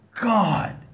God